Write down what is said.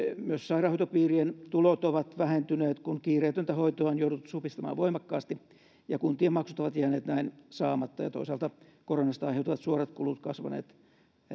myös sairaanhoitopiirien tulot ovat vähentyneet kun kiireetöntä hoitoa on jouduttu supistamaan voimakkaasti ja kuntien maksut ovat jääneet näin saamatta ja toisaalta koronasta aiheutuvat suorat kulut kasvaneet